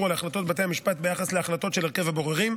על החלטות בתי המשפט ביחס להחלטות של הרכב הבוררים,